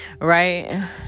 right